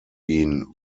ihn